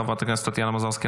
חברת הכנסת טטיאנה מזרסקי,